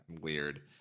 weird